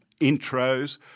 intros